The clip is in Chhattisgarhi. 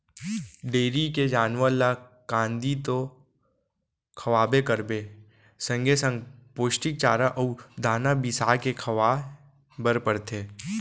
डेयरी के जानवर ल कांदी तो खवाबे करबे संगे संग पोस्टिक चारा अउ दाना बिसाके खवाए बर परथे